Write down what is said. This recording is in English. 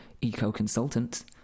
eco-consultant